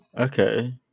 Okay